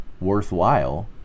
worthwhile